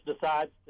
decides